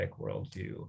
worldview